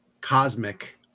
cosmic